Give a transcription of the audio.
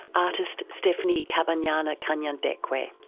artist stephanie kabanyana kanyandekwe. ah